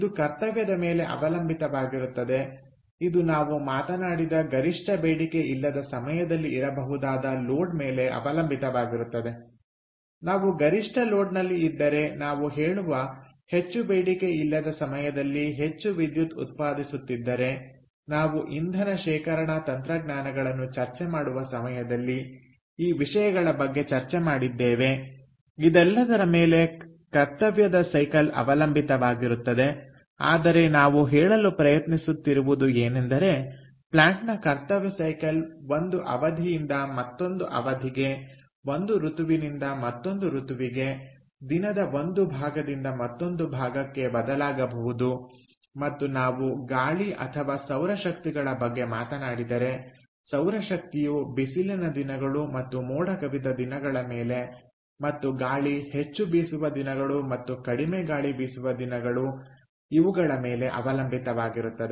ಇದು ಕರ್ತವ್ಯದ ಮೇಲೆ ಅವಲಂಬಿತವಾಗಿರುತ್ತದೆ ಇದು ನಾವು ಮಾತನಾಡಿದ ಗರಿಷ್ಠ ಬೇಡಿಕೆ ಇಲ್ಲದ ಸಮಯದಲ್ಲಿ ಇರಬಹುದಾದ ಲೋಡ್ ಮೇಲೆ ಅವಲಂಬಿತವಾಗಿರುತ್ತದೆ ನಾವು ಗರಿಷ್ಠ ಲೋಡ್ನಲ್ಲಿ ಇದ್ದರೆ ನಾವು ಹೇಳುವ ಹೆಚ್ಚು ಬೇಡಿಕೆ ಇಲ್ಲದ ಸಮಯದಲ್ಲಿ ಹೆಚ್ಚು ವಿದ್ಯುತ್ ಉತ್ಪಾದಿಸುತ್ತಿದ್ದರೆ ನಾವು ಇಂಧನ ಶೇಖರಣಾ ತಂತ್ರಜ್ಞಾನಗಳನ್ನು ಚರ್ಚೆ ಮಾಡುವ ಸಮಯದಲ್ಲಿ ಈ ವಿಷಯಗಳ ಬಗ್ಗೆ ಚರ್ಚೆ ಮಾಡಿದ್ದೇವೆ ಇದೆಲ್ಲದರ ಮೇಲೆ ಕರ್ತವ್ಯದ ಸೈಕಲ್ ಅವಲಂಬಿತವಾಗಿರುತ್ತದೆ ಆದರೆ ನಾವು ಹೇಳಲು ಪ್ರಯತ್ನಿಸುತ್ತಿರುವುದು ಏನೆಂದರೆ ಪ್ಲಾಂಟ್ನ ಕರ್ತವ್ಯ ಸೈಕಲ್ ಒಂದು ಅವಧಿಯಿಂದ ಮತ್ತೊಂದು ಅವಧಿಗೆ ಒಂದು ಋತುವಿನಿಂದ ಮತ್ತೊಂದು ಋತುವಿಗೆ ದಿನದ ಒಂದು ಭಾಗದಿಂದ ಮತ್ತೊಂದು ಭಾಗಕ್ಕೆ ಬದಲಾಗಬಹುದು ಮತ್ತು ನಾವು ಗಾಳಿ ಅಥವಾ ಸೌರ ಶಕ್ತಿಗಳ ಬಗ್ಗೆ ಮಾತನಾಡಿದರೆ ಸೌರಶಕ್ತಿಯು ಬಿಸಿಲಿನ ದಿನಗಳು ಮತ್ತು ಮೋಡ ಕವಿದ ದಿನಗಳ ಮೇಲೆ ಮತ್ತು ಗಾಳಿ ಹೆಚ್ಚು ಬೀಸುವ ದಿನಗಳು ಮತ್ತು ಕಡಿಮೆ ಗಾಳಿ ಬೀಸುವ ದಿನಗಳು ಇವುಗಳ ಮೇಲೆ ಅವಲಂಬಿತವಾಗಿರುತ್ತದೆ